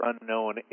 unknown